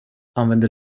använder